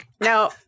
No